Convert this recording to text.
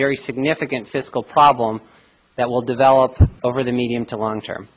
very significant fiscal problem that will develop over the medium to long term